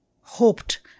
hoped